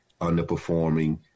underperforming